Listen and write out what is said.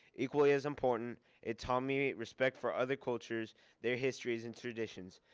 equally as important it taught me respect for other cultures their histories and traditions.